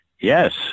Yes